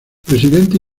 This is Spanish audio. presidente